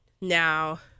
Now